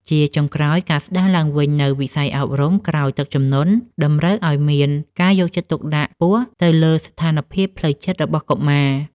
ជាចុងក្រោយ ការស្តារឡើងវិញនូវវិស័យអប់រំក្រោយទឹកជំនន់ តម្រូវឱ្យមានការយកចិត្តទុកដាក់ខ្ពស់ទៅលើស្ថានភាពផ្លូវចិត្តរបស់កុមារ។